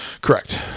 Correct